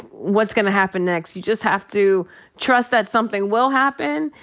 what's gonna happen next? you just have to trust that something will happen,